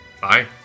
Bye